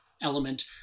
element